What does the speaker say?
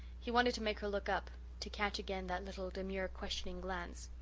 he wanted to make her look up to catch again that little, demure, questioning glance.